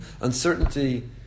uncertainty